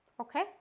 okay